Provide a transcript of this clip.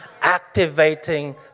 activating